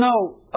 no